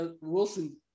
Wilson